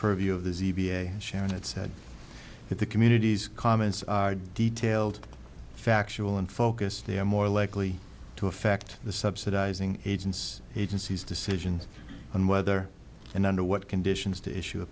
purview of the sharon that said if the community's comments are detailed factual and focused they are more likely to affect the subsidising agencies agencies decisions on whether and under what conditions to issue a